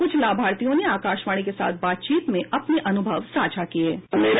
कुछ लाभार्थियों ने आकाशवाणी के साथ बातचीत में अपने अनुभव साझा किये